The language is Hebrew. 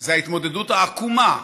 זה ההתמודדות העקומה,